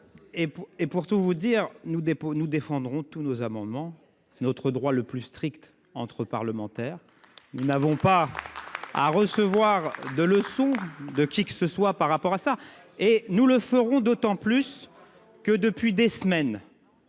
et pour tout vous dire nous dépôt nous défendrons tous nos amendements. C'est notre droit le plus strict entre parlementaires. Nous n'avons pas à recevoir de leçons de qui que ce soit par rapport à ça et nous le ferons d'autant plus que depuis des semaines.